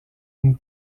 une